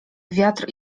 wiatr